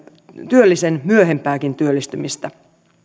työllisen myöhempääkin työllistymistä